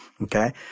Okay